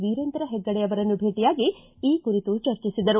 ವೀರೇಂದ್ರ ಹೆಗ್ಗಡೆ ಅವರನ್ನು ಭೇಟಿಯಾಗಿ ಈ ಕುರಿತು ಚರ್ಚಿಸಿದರು